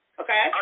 Okay